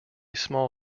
small